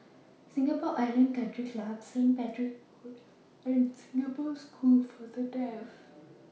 Singapore Island Country Club Saint Patrick's Road and Singapore School For The Deaf